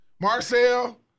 Marcel